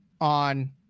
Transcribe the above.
on